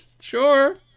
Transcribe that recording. Sure